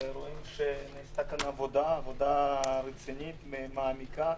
רואים שנעשתה כאן עבודה רצינית ומעמיקה,